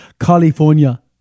California